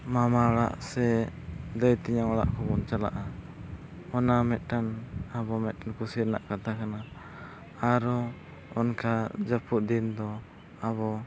ᱢᱟᱢᱟ ᱚᱲᱟᱜ ᱥᱮ ᱫᱟᱹᱭ ᱛᱮᱧᱟᱝ ᱚᱲᱟᱜ ᱠᱚᱵᱚᱱ ᱪᱟᱞᱟᱜᱼᱟ ᱥᱮ ᱚᱱᱟ ᱢᱤᱫᱴᱟᱝ ᱟᱵᱚ ᱢᱤᱫᱴᱟᱝ ᱠᱩᱥᱤ ᱨᱮᱱᱟᱜ ᱠᱟᱛᱷᱟ ᱠᱟᱱᱟ ᱟᱨᱚ ᱚᱱᱠᱟ ᱡᱟᱹᱯᱩᱫ ᱫᱤᱱ ᱫᱚ ᱟᱵᱚ